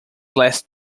last